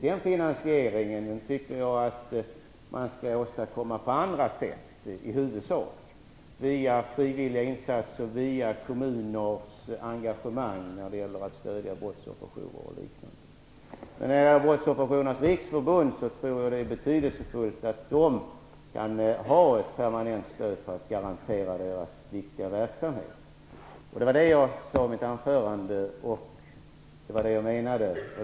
Den finansieringen tycker jag att man skall åstadkomma på andra sätt, i huvudsak via frivilliga insatser, via kommuners engagemang när det gäller att stödja brottsofferjourer och liknande. När det gäller Brottsofferjourernas riksförbund tror jag att det är betydelsefullt att de kan få ett permanent stöd, så att deras viktiga verksamhet garanteras. Det var det jag sade i mitt anförande och det var det jag menade.